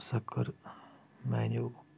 سۄ کٔرمیانیٚو